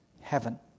heaven